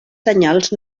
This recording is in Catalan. senyals